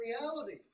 reality